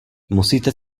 musíte